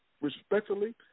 respectfully